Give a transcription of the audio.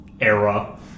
era